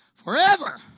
forever